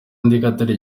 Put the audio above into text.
atari